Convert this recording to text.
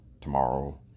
tomorrow